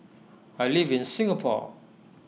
I live in Singapore